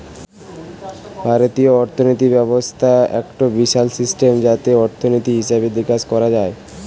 ভারতীয় অর্থিনীতি ব্যবস্থা একটো বিশাল সিস্টেম যাতে অর্থনীতি, হিসেবে নিকেশ দেখা হয়